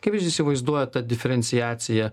kaip įsivaizduot tą diferenciaciją